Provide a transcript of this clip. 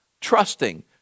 trusting